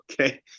Okay